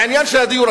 בעניין של הדיור,